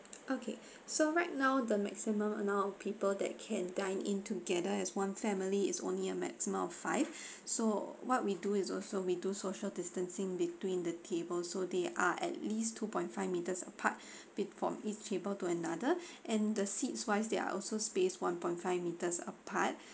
okay so right now the maximum amount of people that can dine in together as one family is only a maximum of five so what we do is also we do social distancing between the table so they are at least two point five meters apart be~ from each table to another and the seats wise there are also space one point five meters apart